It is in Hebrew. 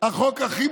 החוק הכי